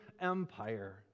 Empire